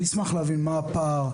אני אשמח להבין מה הפער,